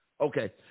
Okay